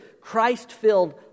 Christ-filled